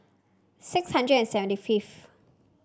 six hundred and seventy fifth